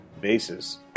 bases